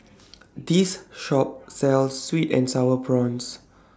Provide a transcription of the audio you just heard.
This Shop sells Sweet and Sour Prawns